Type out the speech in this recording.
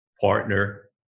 partner